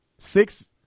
Six